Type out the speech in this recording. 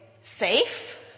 safe